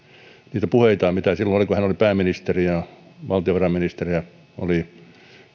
niitä puheitaan mitä silloin oli kun hän oli pääministerinä ja valtiovarainministerinä oli